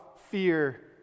fear